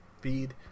feed